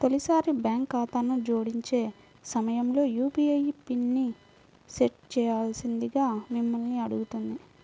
తొలిసారి బ్యాంక్ ఖాతాను జోడించే సమయంలో యూ.పీ.ఐ పిన్ని సెట్ చేయాల్సిందిగా మిమ్మల్ని అడుగుతుంది